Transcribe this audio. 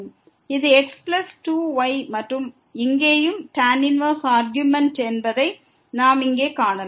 இது x plus 2 y மற்றும் இங்கேயும் tan 1 ஆர்க்யூமென்ட் என்பதை நாம் இங்கே காணலாம்